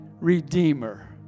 redeemer